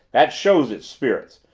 that shows it's spirits.